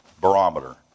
barometer